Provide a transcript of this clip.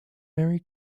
mary